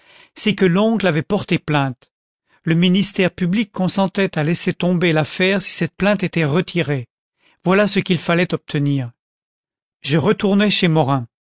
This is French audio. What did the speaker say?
c'est que l'oncle avait porté plainte le ministère public consentait à laisser tomber l'affaire si cette plainte était retirée voilà ce qu'il fallait obtenir je retournai chez morin